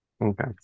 Okay